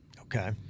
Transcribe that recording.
Okay